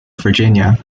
virginia